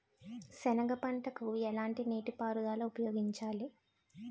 సెనగ పంటకు ఎలాంటి నీటిపారుదల ఉపయోగించాలి?